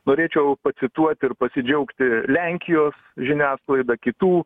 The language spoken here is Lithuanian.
norėčiau pacituoti ir pasidžiaugti lenkijos žiniasklaida kitų